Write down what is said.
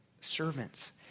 servants